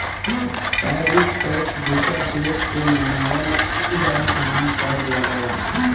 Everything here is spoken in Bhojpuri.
टैरिफ टैक्स दूसर देश से मंगावल गयल सामान पर लगला